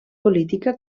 política